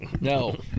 No